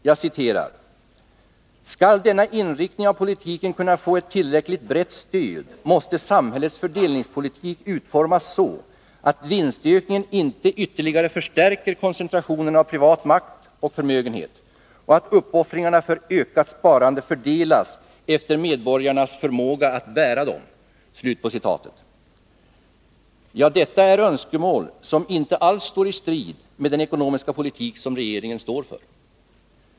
Jag citerar: ”Skall denna inrikting av politiken kunna få ett tillräckligt brett stöd, måste samhällets fördelningspolitik utformas så, att vinstökningen inte ytterligare förstärker koncentrationen av privat makt och förmögenhet och att uppoffringarna för ökat sparande fördelas efter medborgarnas förmåga att bära dem.” Detta är önskemål som inte alls står i strid med den ekonomiska politik som regeringen står för.